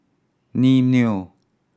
Mimeo